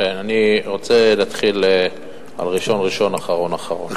אני רוצה להתחיל ראשון-ראשון, אחרון-אחרון.